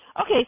Okay